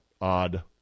odd